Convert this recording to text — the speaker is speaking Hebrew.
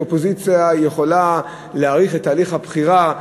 האופוזיציה יכולה להאריך את תהליך הבחירה,